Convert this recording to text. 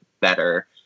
better